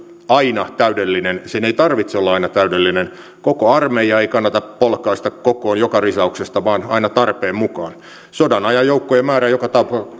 aina täydellinen sen ei tarvitse olla aina täydellinen sillä koko armeijaa ei kannata polkaista kokoon joka risauksesta vaan aina tarpeen mukaan sodanajan joukkojen määrä joka